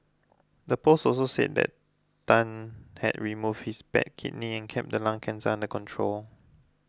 the post also said that Tan had removed his bad kidney and kept the lung cancer under control